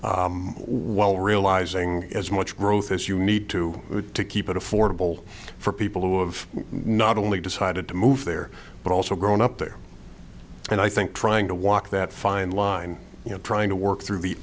while realizing as much growth as you need to to keep it affordable for people who have not only decided to move there but also growing up there and i think trying to walk that fine line you know trying to work through the